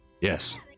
Yes